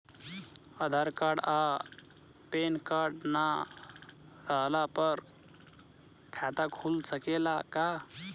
आधार card आ PAN card ना रहला पर खाता खुल सकेला का?